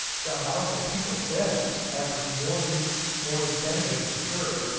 john donaldson people said averaged more than more than ten a game for sure.